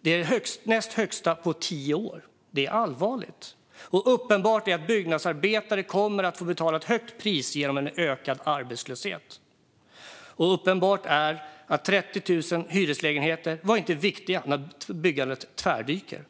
Det är den näst högsta siffran på tio år. Det är allvarligt. Uppenbart är att byggnadsarbetare kommer att få betala ett högt pris genom en ökad arbetslöshet. Uppenbart är att 30 000 hyreslägenheter inte var viktigare än att byggandet tvärdyker.